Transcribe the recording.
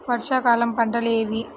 వర్షాకాలం పంటలు ఏవి?